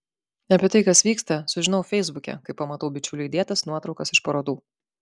apie tai kas vyksta sužinau feisbuke kai pamatau bičiulių įdėtas nuotraukas iš parodų